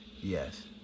Yes